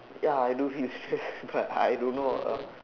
ya I do feel stress but I don't know ah